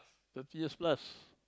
thirty years plus